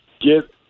get